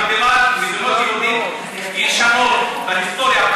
ראש הממשלה שלך, לא יעזור לכם.